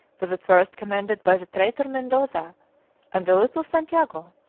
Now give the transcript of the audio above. was at first commanded by the traitor mendoza and the little santiago,